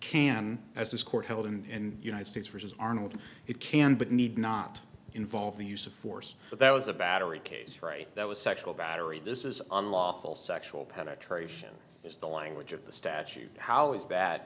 can as this court held in united states versus arnold it can but need not involve the use of force but that was a battery case right that was sexual battery this is unlawful sexual penetration is the language of the statute how is